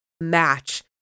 match